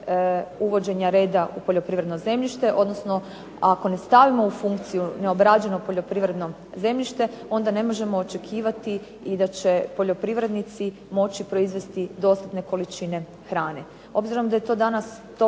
uvođenja reda u poljoprivredno zemljište, odnosno ako ne stavimo u funkciju neobrađeno poljoprivredno zemljište onda ne možemo očekivati i da će poljoprivrednici moći proizvesti dostatne količine hrane.